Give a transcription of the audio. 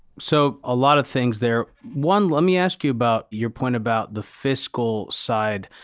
so, a lot of things there. one, let me ask you about your point about the fiscal side.